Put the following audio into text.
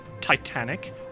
Titanic